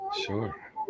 Sure